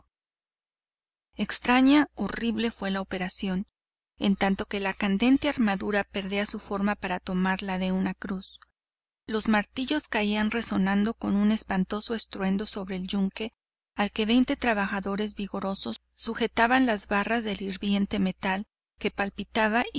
extraña horrible fue la operación en tanto que la candente armadura perdía su forma para tomar la de una cruz los martillos caían resonando con un espantoso estruendo sobre el yunque al que veinte trabajadores vigorosos sujetaban las barras del hirviente metal que palpitaba